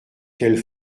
qu’elles